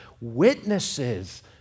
witnesses